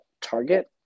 target